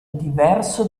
diverso